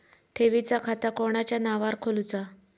ठेवीचा खाता कोणाच्या नावार खोलूचा?